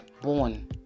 born